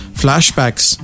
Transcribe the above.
flashbacks